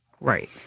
Right